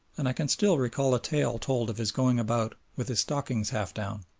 and i can still recall a tale told of his going about with his stockings half down.